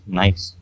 nice